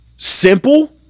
Simple